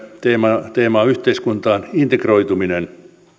teemaa teemaa yhteiskuntaan integroituminen